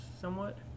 somewhat